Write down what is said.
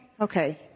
okay